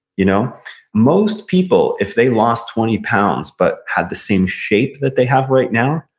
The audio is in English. you know most people, if they lost twenty pounds, but had the same shape that they have right now,